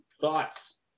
thoughts